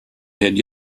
had